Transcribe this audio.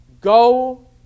Go